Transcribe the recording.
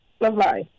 Bye-bye